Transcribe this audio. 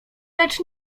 lecz